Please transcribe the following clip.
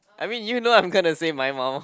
I mean you know I'm gonna say my mum